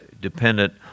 dependent